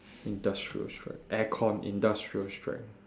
industrial strength aircon industrial strength